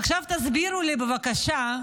עכשיו תסבירו לי, בבקשה,